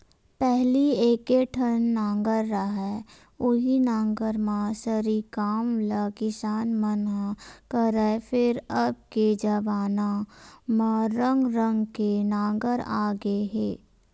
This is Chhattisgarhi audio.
पहिली एके ठन नांगर रहय उहीं नांगर म सरी काम ल किसान मन ह करय, फेर अब के जबाना म रंग रंग के नांगर आ गे हे